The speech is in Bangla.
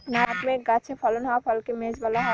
নাটমেগ গাছে ফলন হওয়া ফলকে মেস বলা হয়